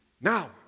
Now